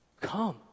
come